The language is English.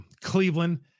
Cleveland